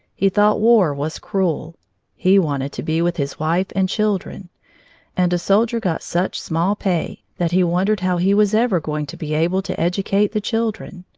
he thought war was cruel he wanted to be with his wife and children and a soldier got such small pay that he wondered how he was ever going to be able to educate the children.